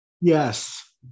Yes